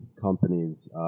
companies